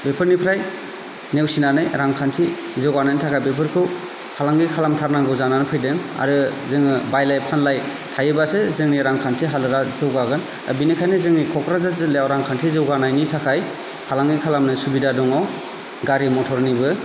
बेफोरनिफ्राय नेवसिनानै रांखान्थि जौगानायनि थाखाय बेफोरखौ फालांगि खालामथारनांगौ जानानै फैदों आरो जोङो बायलाय फानलाय थायोब्लासो जोंनि रांखान्थि हालोदा जौगागोन दा बिनिखायनो जोंनि क'क्राझार जिल्लायाव रांखान्थि जौगानायनि थाखाय फालांगि खालामनाय सुबिदा दङ गारि मथरनिबो